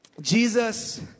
jesus